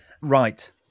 Right